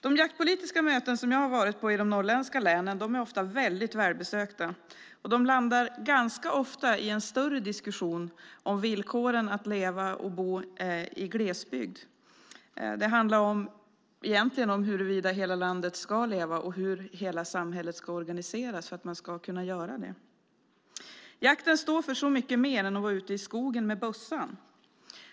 De jaktpolitiska möten som jag har varit på i de norrländska länen är ofta välbesökta och landar ganska ofta i en större diskussion om villkoren för att leva och bo i glesbygd. Det handlar egentligen om huruvida hela landet ska leva och hur hela samhället ska organiseras för att man ska kunna göra det. Jakten står för så mycket mer än att vara ute i skogen med bössan.